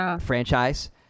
franchise